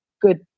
good